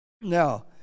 Now